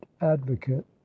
advocate